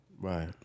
Right